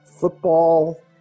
Football